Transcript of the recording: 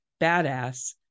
badass